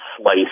slice